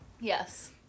Yes